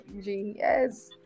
Yes